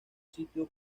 sitio